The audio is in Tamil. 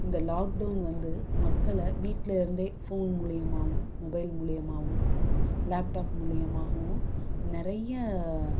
இந்த லாக்டவுன் வந்து மக்களை வீட்லேருந்தே ஃபோன் மூலிமாவும் மொபைல் மூலிமாவும் லாப்டாப் மூலிமாகவும் நிறைய